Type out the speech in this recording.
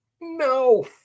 No